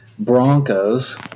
Broncos